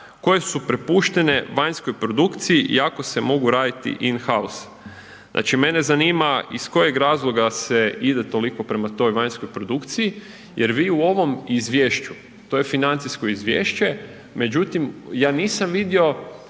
koje su prepuštene vanjskoj produkciji iako se mogu raditi in house, znači mene zanima iz kojeg razloga se ide toliko prema toj vanjskoj produkciji, jer vi u ovom Izvješću, to je financijsko izvješće, međutim ja nisam vidio